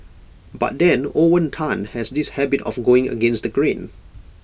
but then Owen Tan has this habit of going against the grain